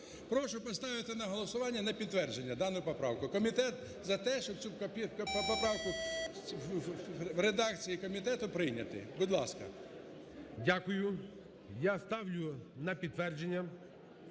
Прошу поставити на голосування на підтвердження дану поправку. Комітет за те, щоб цю поправку в редакції комітету прийняти. Будь ласка. ГОЛОВУЮЧИЙ. Дякую. Я ставлю на підтвердження